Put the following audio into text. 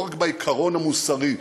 לא רק בעיקרון המוסרי,